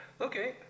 Okay